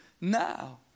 now